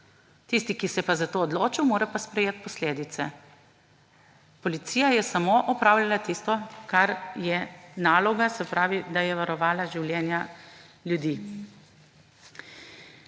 Tisti, ki se je pa za to odločil, mora sprejeti posledice. Policija je samo opravljala tisto, kar je naloga, se pravi, da je varovala življenja ljudi.